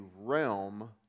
realm